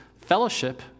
fellowship